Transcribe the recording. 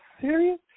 serious